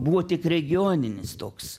buvo tik regioninis toks